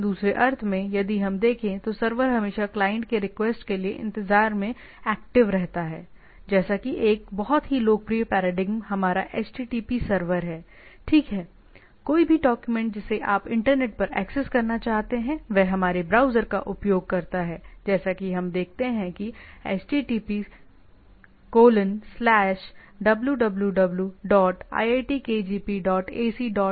दूसरे अर्थ में यदि हम देखें तो सर्वर हमेशा क्लाइंट के रिक्वेस्ट के इंतजार में एक्टिव रहता है जैसे एक बहुत ही लोकप्रिय पैराडिग्म हमारा http सर्वर है ठीक हैकोई भी डॉक्यूमेंट जिसे आप इंटरनेट पर एक्सेस करना चाहते हैं वह हमारे ब्राउज़र का उपयोग करता है जैसा कि हम देखते हैं कि http www dot iitkgp dot AC dot in right